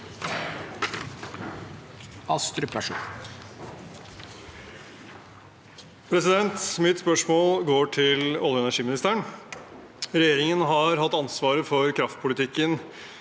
Mitt spørsmål går til olje- og energiministeren. Regjeringen har hatt ansvaret for kraftpolitikken